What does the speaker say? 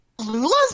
Lula's